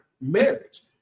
marriage